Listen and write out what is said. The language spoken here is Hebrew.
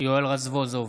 יואל רזבוזוב,